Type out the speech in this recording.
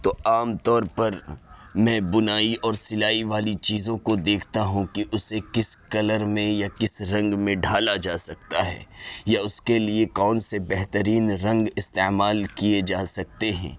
تو عام طو ر پر میں بنائی اور سلائی والی چیزوں کو دیکھتا ہوں کہ اسے کس کلر میں یا کس رنگ میں ڈھالا جا سکتا ہے یا اس کے لیے کون سے بہترین رنگ استعمال کیے جا سکتے ہیں